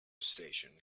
station